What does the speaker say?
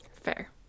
Fair